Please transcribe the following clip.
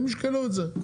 הם ישקלו את זה.